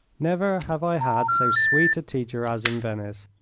never have i had so sweet a teacher as in venice.